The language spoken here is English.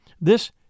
This